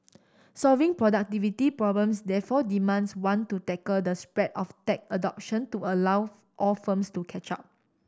solving productivity problems therefore demands one to tackle the spread of tech adoption to allow all firms to catch up